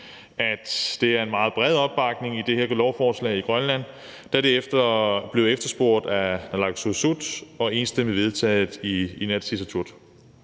at der er en meget bred opbakning til det her lovforslag i Grønland, da det er blevet efterspurgt af Naalakkersuisut og enstemmigt vedtaget i Inatsisartut.